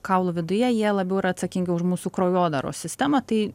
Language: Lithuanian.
kaulo viduje jie labiau yra atsakingi už mūsų kraujodaros sistemą tai